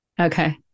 okay